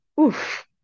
Oof